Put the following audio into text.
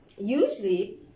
Usually